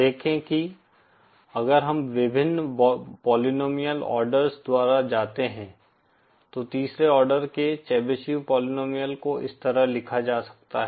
देखें कि अगर हम विभिन्न पोलीनोमिअल ऑर्डर्स द्वारा जाते हैं तो तीसरे आर्डर के चेबीशेव पोलीनोमिअल को इस तरह लिखा जा सकता है